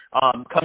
come